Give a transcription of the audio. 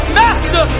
master